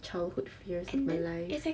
childhood fears in my life